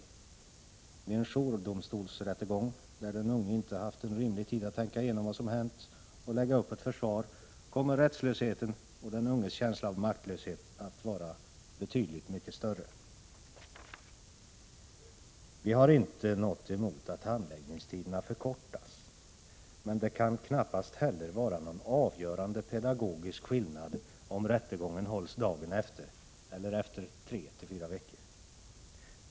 Vid en jourdomstolsrättegång, där den unge inte haft rimlig tid att tänka igenom vad som hänt och lägga upp ett försvar, kommer rättslösheten och den unges känsla av maktlöshet att vara mycket större. Vi har inte något emot att handläggningstiderna förkortas. Men det kan knappast heller vara någon avgörande pedagogisk skillnad om rättegången hålls dagen efter eller efter tre fyra veckor.